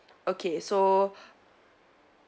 okay so